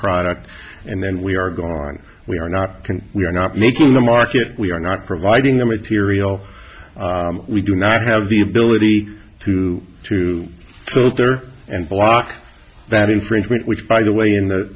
product and then we are gone we are not can we are not making the market we are not providing the material we do not have the ability to to filter and block that infringement which by the way in the